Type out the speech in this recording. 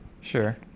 Sure